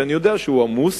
שאני יודע שהוא עמוס,